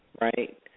right